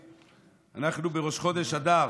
אנחנו בראש חודש אדר.